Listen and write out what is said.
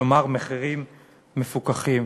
כלומר מחירים מפוקחים.